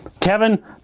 Kevin